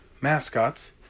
mascots